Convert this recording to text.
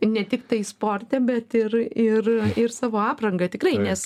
ne tiktai sporte bet ir ir ir savo apranga tikrai nes